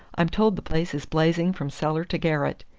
i'm told the place is blazing from cellar to garret.